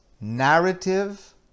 narrative